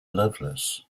loveless